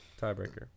tiebreaker